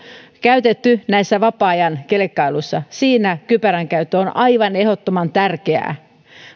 käytetty näissä vapaa ajan kelkkailuissa silloin kypärän käyttö on aivan ehdottoman tärkeää